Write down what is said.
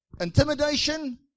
intimidation